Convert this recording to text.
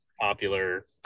popular